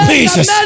Jesus